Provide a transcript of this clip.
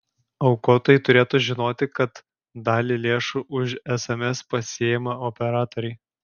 aukotojai turėtų žinoti kad dalį lėšų už sms pasiima operatoriai